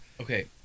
Okay